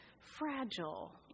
Fragile